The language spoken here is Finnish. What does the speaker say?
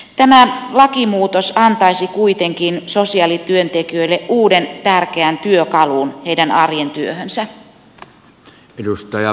tämä lakimuutos antaisi kuitenkin sosiaalityöntekijöille uuden tärkeän työkalun heidän arjen työhönsä